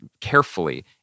carefully